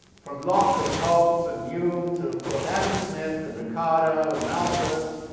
from locke and hobbes and hume to, of course, adam smith and ricardo and malthus.